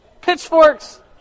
Pitchforks